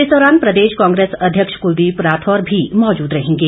इस दौरान प्रदेश कांग्रेस अध्यक्ष कुलदीप राठौर भी मौजूद रहेंगे